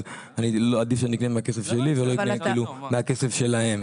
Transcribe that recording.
עדיף שאני אקנה מהכסף שלי ולא מהכסף שלהם.